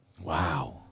Wow